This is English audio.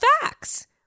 facts